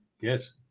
Yes